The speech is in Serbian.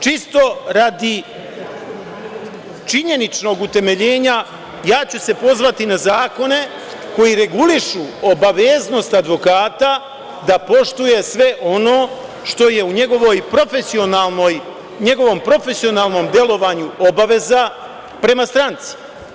Čisto radi činjeničnog utemeljenja ja ću se pozvati na zakone koji regulišu obaveznost advokata da poštuje sve ono što je u njegovom profesionalnom delovanju obaveza prema stranci.